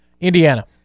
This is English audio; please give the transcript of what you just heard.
Indiana